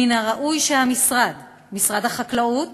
מן הראוי שמשרד החקלאות